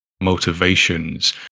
motivations